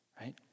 right